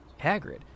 Hagrid